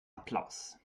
applaus